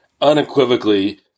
Unequivocally